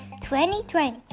2020